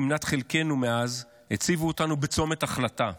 שהיא מנת חלקנו מאז, הציבו אותנו בצומת החלטה.